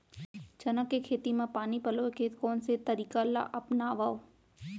चना के खेती म पानी पलोय के कोन से तरीका ला अपनावव?